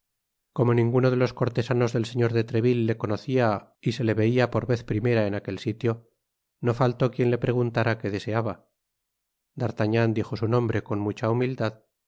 como ninguno de los cortesanos del señor de treville le conocía y se le veia por vez primera en aquel sitio no faltó quien le preguntara qué deseaba d artagnan dijo su nombre con mucha humildad